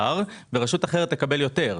ורשות אחרת תקבל יותר,